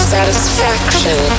Satisfaction